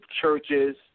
churches